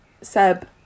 Seb